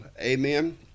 Amen